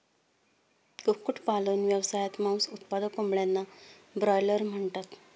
कुक्कुटपालन व्यवसायात, मांस उत्पादक कोंबड्यांना ब्रॉयलर म्हणतात